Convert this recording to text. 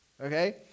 okay